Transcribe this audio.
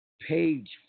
page